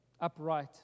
upright